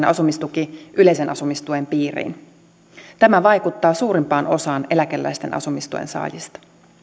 asumistuki yleisen asumistuen piiriin tämä vaikuttaa suurimpaan osaan eläkeläisten asumistuen saajista